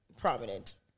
prominent